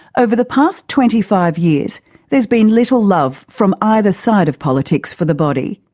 over the past twenty five years there's been little love from either side of politics for the body.